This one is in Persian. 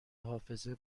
حافظه